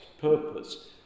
purpose